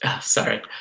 Sorry